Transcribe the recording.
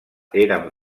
eren